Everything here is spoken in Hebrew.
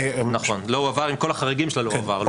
נכון, לא הועבר עם כל החריגים לא הועבר.